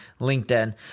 LinkedIn